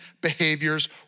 behaviors